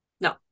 no